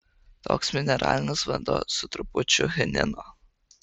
toks mineralinis vanduo su trupučiu chinino